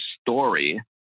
story